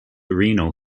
renal